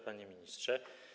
Panie Ministrze!